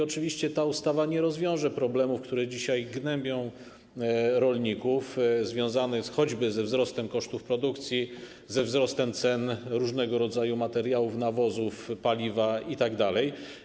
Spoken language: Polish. Oczywiście ta ustawa nie rozwiąże problemów, które dzisiaj gnębią rolników, związanych choćby ze wzrostem kosztów produkcji, ze wzrostem cen różnego rodzaju materiałów, nawozów, paliwa itd.